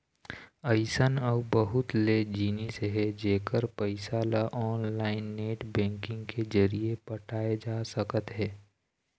अइसन अउ बहुत ले जिनिस हे जेखर पइसा ल ऑनलाईन नेट बैंकिंग के जरिए पटाए जा सकत हे